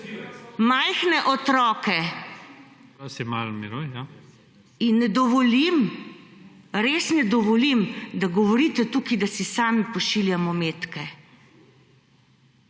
(PS SDS): In ne dovolim, res ne dovolim, da govorite tukaj, da si sami pošiljamo metke.